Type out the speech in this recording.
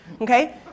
okay